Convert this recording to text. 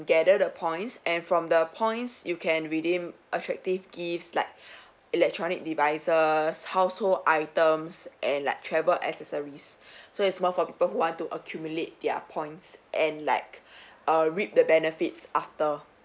gather the points and from the points you can redeem attractive gifts like electronic devices household items and like travel accessories so it's more for people who want to accumulate their points and like err reap the benefits after